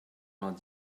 vingt